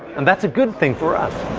and that's a good thing for us.